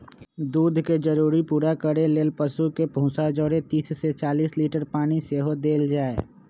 दूध के जरूरी पूरा करे लेल पशु के भूसा जौरे तीस से चालीस लीटर पानी सेहो देल जाय